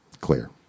clear